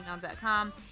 gmail.com